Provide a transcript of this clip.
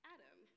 Adam